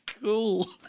cool